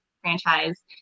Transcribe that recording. franchise